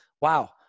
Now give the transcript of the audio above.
wow